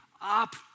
up